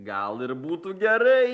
gal ir būtų gerai